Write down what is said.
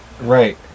Right